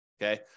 Okay